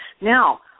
Now